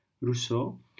Rousseau